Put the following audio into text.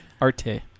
arte